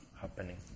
happening